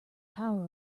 power